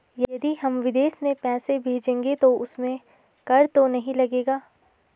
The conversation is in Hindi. यदि हम विदेश में पैसे भेजेंगे तो उसमें कर तो नहीं लगेगा?